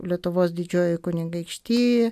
lietuvos didžiojoj kunigaikštijoj